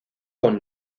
con